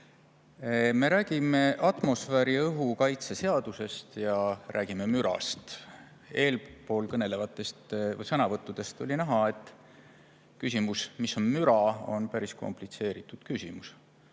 Me räägime atmosfääriõhu kaitse seadusest ja räägime mürast. Eelmistest sõnavõttudest oli näha, et mis on müra, on päris komplitseeritud küsimus.